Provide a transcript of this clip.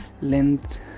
length